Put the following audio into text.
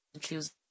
choose